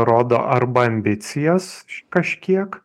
rodo arba ambicijas kažkiek